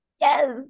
yes